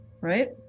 right